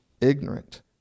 ignorant